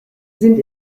sind